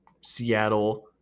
Seattle